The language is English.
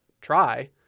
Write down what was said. try